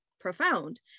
profound